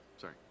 Sorry